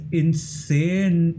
insane